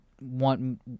want